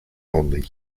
only